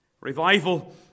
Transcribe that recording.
revival